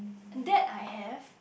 and that I have